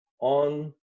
On